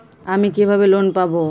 আমি কিভাবে লোন পাব?